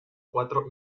cuatro